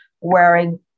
wearing